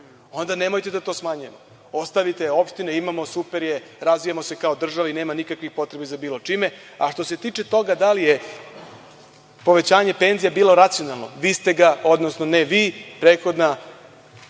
Onda nemojte onda da to smanjujemo. Ostavite opštine, imamo, super je, razvijamo se kao država i nema nikakvih potreba za bilo čime. Što se tiče toga da li je povećanje penzija bilo racionalno, vi ste ga, odnosno ne vi, prethodna